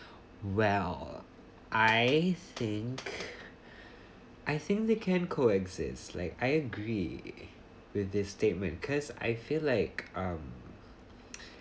well I think I think they can coexist like I agree with this statement cause I feel like um